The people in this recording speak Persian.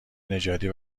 نژادی